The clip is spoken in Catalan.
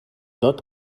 tot